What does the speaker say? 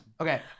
Okay